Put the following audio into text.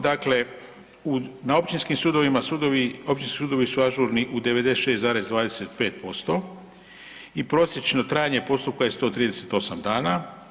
Dakle na općinskim sudovima, općinski sudovi su ažurni u 96,25% i prosječno trajanje postupka je 138 dana.